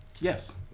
Yes